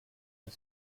are